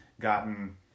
gotten